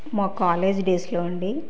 మా కాలేజ్ డేస్లో అండి